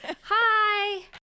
hi